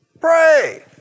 Pray